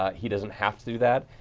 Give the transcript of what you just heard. ah he doesn't have to do that.